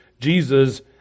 Jesus